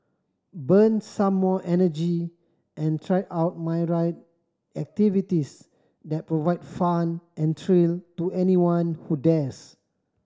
burn some more energy and try out myriad activities that provide fun and thrill to anyone who dares